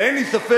ואין לי ספק,